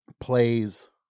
Plays